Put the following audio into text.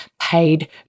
paid